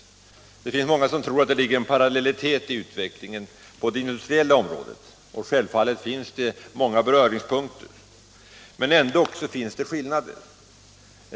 Det finns många som tror att det ligger en parallellitet i utvecklingen på det industriella området, och självfallet finns det många beröringspunkter. Men ändå finns det stora skillnader.